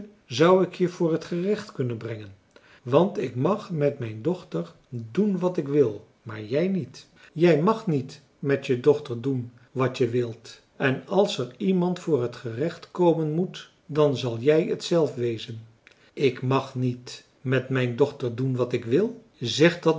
zou ik je voor het gerecht kunnen brengen want ik mag met mijn dochter doen wat ik wil maar jij niet jij mag niet met je dochter doen wat je wilt en als er iemand voor het gerecht komen moet dan zal jij t zelf wezen ik mag niet met mijn dochter doen wat ik wil zeg dat